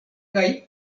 kaj